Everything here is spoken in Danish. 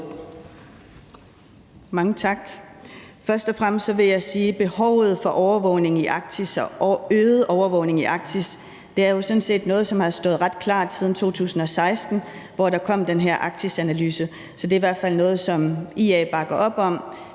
Mange tak. Først og fremmest vil jeg sige, at behovet for øget overvågning i Arktis sådan set er noget, som har stået ret klart siden 2016, hvor der kom den her Arktisanalyse, så det er i hvert fald noget, som IA bakker op om.